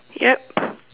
yup